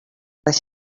les